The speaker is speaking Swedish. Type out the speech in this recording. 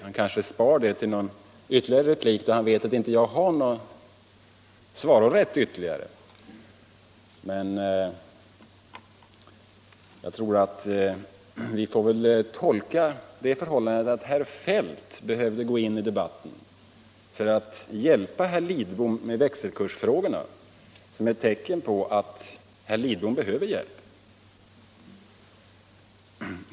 Han kanske sparar det till en senare replik då han vet att jag inte har rätt att gå i svaromål: Vi får väl tolka det förhållandet att herr Feldt gick in i debatten för att hjälpa herr Lidbom med växelkursfrågorna som ett tecken på att herr Lidbom behöver hjälp.